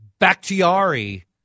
Bakhtiari